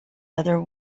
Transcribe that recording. other